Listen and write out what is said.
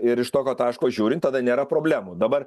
ir iš tokio taško žiūrint tada nėra problemų dabar